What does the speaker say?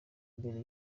imbere